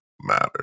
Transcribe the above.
matter